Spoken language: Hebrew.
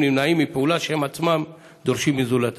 נמנעים מפעולה שהם עצמם דורשים מזולתם?